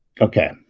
Okay